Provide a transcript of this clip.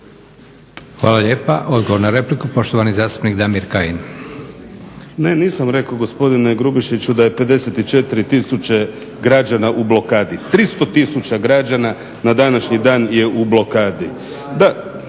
Hvala lijepa. Odgovor na repliku, poštovani zastupnik Damir Kajin. **Kajin, Damir (Nezavisni)** Ne nisam rekao gospodine Grubišiću da je 54 tisuće građana u blokadi, 300 tisuća građana na današnji dan je u blokadi…